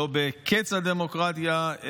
לא בקץ הדמוקרטיה,